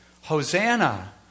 Hosanna